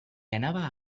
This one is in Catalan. anava